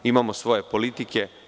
Imamo svoje politike.